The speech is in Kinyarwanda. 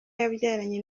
yabyaranye